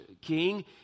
King